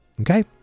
Okay